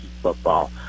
football